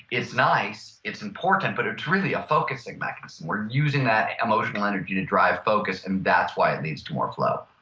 it's nice. it's important, but it's really a focusing mechanism. we're using that emotional energy to drive focus and that's why it leads to more flow.